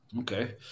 okay